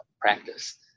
practice